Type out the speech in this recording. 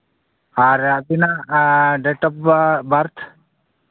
ᱟᱨ ᱟᱹᱵᱤᱱᱟᱜ date of birth